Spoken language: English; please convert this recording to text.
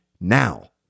now